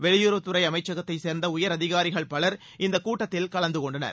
வெளியுறவுத்துறை அமைச்சகத்தைச் சேர்ந்த உயர் அதிகாரிகள் பவர் இந்தக் கூட்டத்தில் கலந்து கொண்டனர்